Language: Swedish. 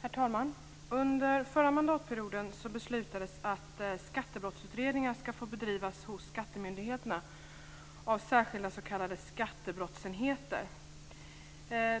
Herr talman! Under förra mandatperioden beslutades att skattebrottsutredningar skulle få bedrivas hos skattemyndigheterna av särskilda s.k. skattebrottsenheter.